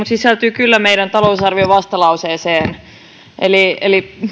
sisältyy kyllä meidän talousarviovastalauseeseemme eli